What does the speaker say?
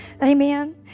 Amen